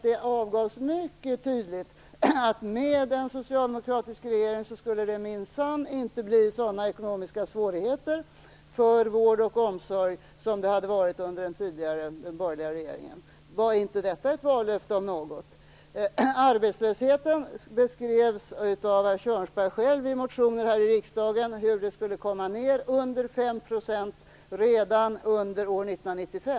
Det angavs mycket tydligt att med en socialdemokratisk regering skulle det minsann inte ha blivit samma ekonomiska svårigheter för vård och omsorg som under den borgerliga regeringen. Det om något var väl ett vallöfte? Arbetslösheten har beskrivits av herr Kjörnsberg själv i motioner här i riksdagen. Den skulle komma ner under 5 % redan under år 1995.